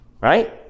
right